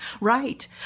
right